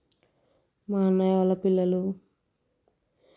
మా అన్నయ్య వాళ్ళ పిల్లలు